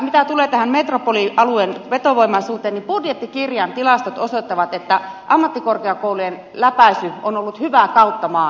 mitä tulee tähän metropolialueen vetovoimaisuuteen niin budjettikirjan tilastot osoittavat että ammattikorkeakoulujen läpäisy on ollut hyvä kautta maan